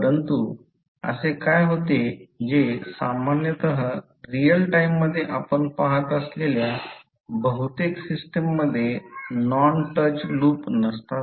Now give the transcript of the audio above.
परंतु असे काय होते जे सामान्यत रीअल टाइम मध्ये आपण पहात असलेल्या बहुतेक सिस्टममध्ये नॉन टच लूप नसतात